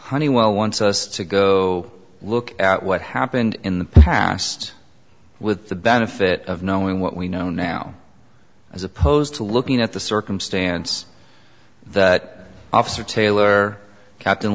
honeywell wants us to go look at what happened in the past with the benefit of knowing what we know now as opposed to looking at the circumstance that officer taylor captain